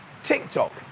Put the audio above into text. TikTok